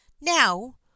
Now